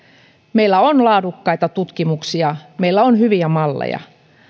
meillä on laadukkaita tutkimuksia meillä on hyviä malleja